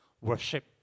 worship